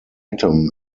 item